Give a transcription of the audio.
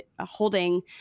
holding